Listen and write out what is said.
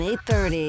830